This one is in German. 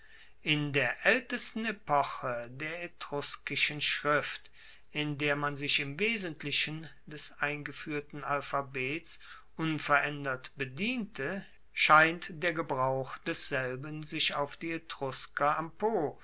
in der aeltesten epoche der etruskischen schrift in der man sich im wesentlichen des eingefuehrten alphabets unveraendert bediente scheint der gebrauch desselben sich auf die etrusker am po